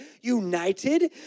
united